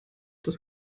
das